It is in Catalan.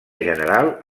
general